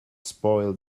spoil